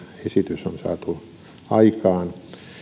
esitys on saatu aikaan